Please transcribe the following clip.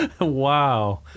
Wow